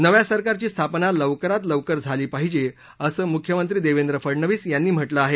नव्या सरकारची स्थापना लवकरात लवकर झाली पाहिजे असं मुख्यमंत्री देवेंद्र फडनवीस यांनी म्हटलं आहे